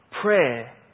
Prayer